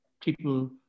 people